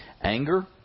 anger